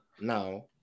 now